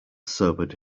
sobered